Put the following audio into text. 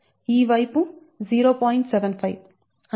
ఈ ఎత్తు 4m ఈ వైపు 0